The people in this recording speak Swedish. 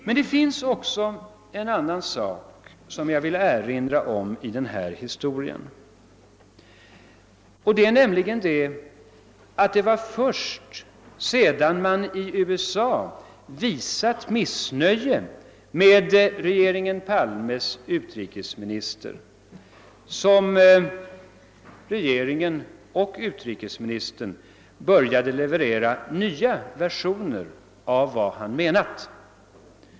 Men det finns också en annan sak i denna historia som jag vill erinra om, nämligen att det var först sedan man i USA visat missnöje med regeringen Palmes utrikesminister som regeringen och utrikesministern började leverera nya versioner av vad utrikesministern menat.